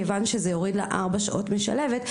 כיוון שזה יוריד לה ארבע שעות משלבת,